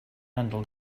handle